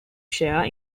share